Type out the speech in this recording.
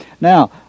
Now